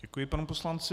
Děkuji panu poslanci.